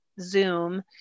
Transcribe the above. zoom